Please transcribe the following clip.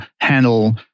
handle